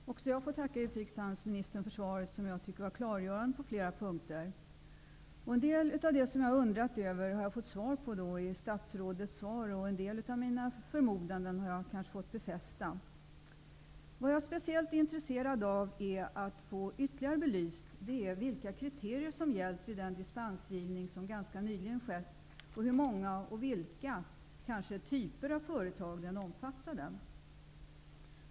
Herr talman! Även jag får tacka utrikeshandelsministern för svaret, som jag tycker var klargörande på flera punkter. En del av det som jag har undrat över har jag fått svar på, och en del av mina förmodanden har jag kanske fått befästa. Vad jag är speciellt intresserad av att få ytterligare belyst är vilka kriterier som har gällt vid den dispensgivning som ganska nyligen har skett, och hur många och vilka typer av företag som den omfattade.